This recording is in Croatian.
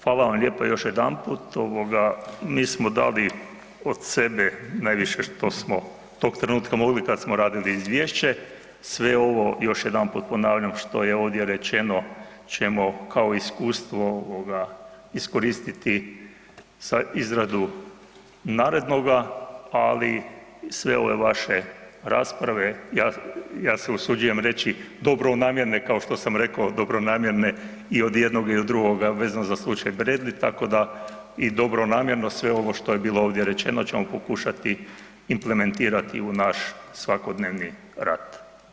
Hvala vam lijepo još jedanput, mi smo dali od sebe najviše što smo tog trenutka mogli kad smo radili izvješće, sve ovo još jedanput ponavljam, što je ovdje rečeno ćemo kao iskustvo iskoristiti za izradu narednoga ali sve ove vaše rasprave, ja se usuđujem reći dobronamjerno, kao što sam rekao dobronamjerne i od jednog i od drugoga, vezan za slučaj Bradley, tako da i dobronamjerno, sve ovo što je bilo ovdje rečeno ćemo pokušati implementirati u naš svakodnevni rad.